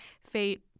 fate